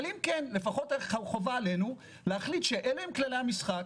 אבל אם כן לפחות חובה עלינו להחליט שאלה הם כללי המשחק.